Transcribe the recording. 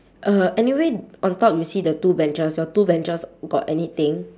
uh anyway on top you see the two benches your two benches got anything